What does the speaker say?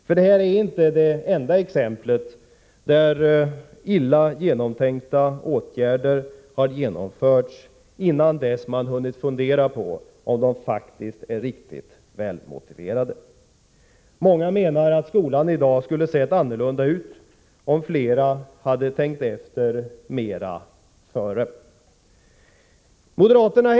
För det här är inte det enda exemplet på hur illa genomtänkta åtgärder har genomförts innan man hunnit fundera över om de faktiskt är riktigt välmotiverade. Många menar att skolan i dag skulle ha sett annorlunda ut om flera hade tänkt efter mera före. Herr talman!